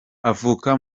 avuka